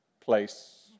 place